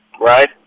right